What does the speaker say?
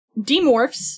demorphs